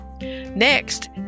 Next